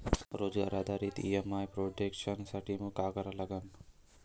रोजगार आधारित EMI projection साठी का करा लागन?